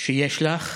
שיש לך